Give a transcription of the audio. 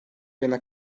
ayına